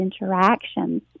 interactions